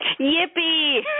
Yippee